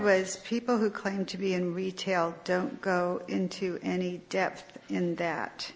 ways people who claim to be in retail don't go into any depth in that